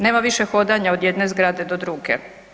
Nema više hodanja od jedne zgrade do druge.